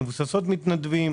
שמבוססים על מתנדבים.